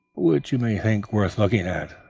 which you may think worth looking at.